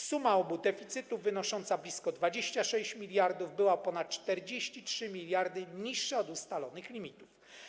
Suma obu deficytów wynosząca blisko 26 mld była ponad 43 mld niższa od ustalonych limitów.